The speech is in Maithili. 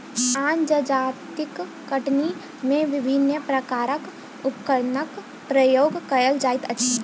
आन जजातिक कटनी मे विभिन्न प्रकारक उपकरणक प्रयोग कएल जाइत अछि